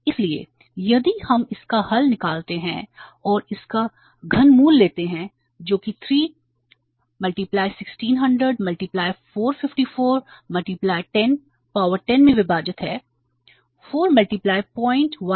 इसलिए यदि हम इसका हल निकालते हैं और इसका घनमूल लेते जो कि 3 1600 454 10 पावर 10 में विभाजित 4 010 365